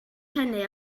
hynny